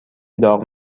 داغ